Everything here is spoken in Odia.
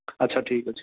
ଆଚ୍ଛା ଠିକ୍ଅଛି